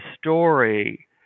story